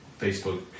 Facebook